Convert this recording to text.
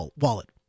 wallet